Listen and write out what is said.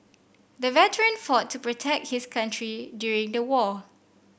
the veteran fought to protect his country during the war